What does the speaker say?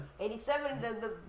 87